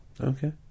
Okay